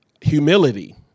humility